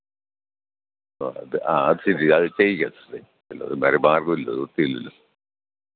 ആ അത് ആ അത് ശരിയാണ് അത് ചെയ്യാം സിസ്റ്ററെ അല്ലാതെ വേറെ മാർഗ്ഗമില്ലല്ലോ നിവർത്തിയില്ലല്ലോ